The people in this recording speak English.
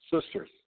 Sisters